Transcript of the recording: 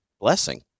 blessing